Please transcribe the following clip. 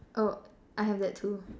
oh I have that too